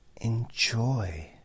enjoy